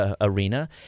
arena